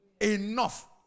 enough